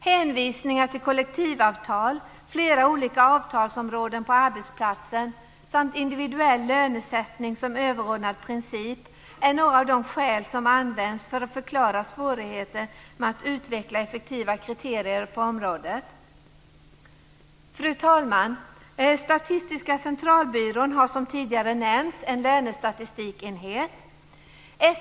Hänvisningar till kollektivavtal, flera olika avtalsområden på arbetsplatsen samt individuell lönesättning som överordnad princip är några av de skäl som använts för att förklara svårigheter med att utveckla effektiva kriterier på området. Fru talman! Statistiska centralbyrån har, som tidigare nämnts, en lönestatistikenhet.